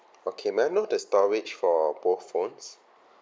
okay may I know the storage for both phones